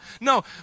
No